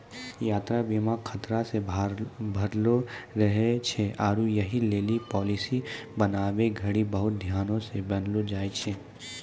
यात्रा बीमा खतरा से भरलो रहै छै आरु यहि लेली पालिसी बनाबै घड़ियां बहुते ध्यानो से बनैलो जाय छै